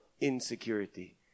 Insecurity